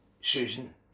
Susan